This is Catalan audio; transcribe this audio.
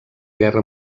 guerra